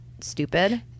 stupid